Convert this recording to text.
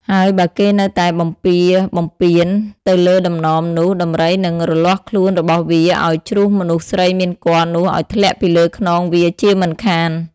ហើយបើគេនៅតែបំពារបំពានទៅលើតំណមនោះ ដំរីនិងរលាស់ខ្លួនរបស់វាឱ្យជ្រុះមនុស្សស្រីមានគភ៌នោះឱ្យធ្លាក់ពីលើខ្នងវាជាមិនខាន។